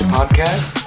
Podcast